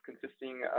consisting